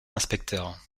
inspecteur